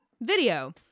video